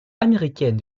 américaines